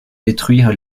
détruire